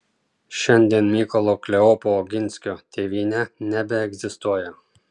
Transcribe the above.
šiandien mykolo kleopo oginskio tėvynė nebeegzistuoja